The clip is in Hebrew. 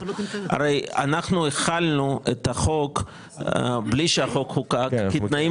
הרי אנחנו החלנו את החוק בלי שהחוק חוקק כתנאים